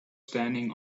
standing